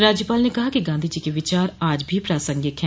राज्यपाल ने कहा कि गांधी जी के विचार आज भी प्रासंगिक हैं